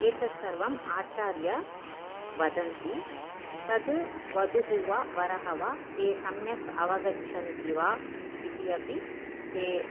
एतत् सर्वम् आचार्यः वदति तत् वधूः वा वरः वा ते सम्यक् अवगच्छन्ति वा इति अपि ते